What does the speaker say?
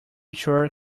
sure